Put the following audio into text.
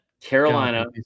Carolina